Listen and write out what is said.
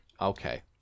Okay